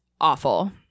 awful